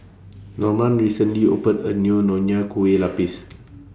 Norman recently opened A New Nonya Kueh Lapis